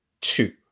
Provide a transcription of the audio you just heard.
two